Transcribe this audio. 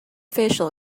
facial